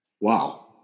Wow